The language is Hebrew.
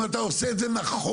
אם אתה עושה את זה נכון.